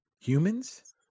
Humans